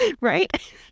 right